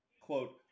quote